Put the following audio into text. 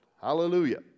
Hallelujah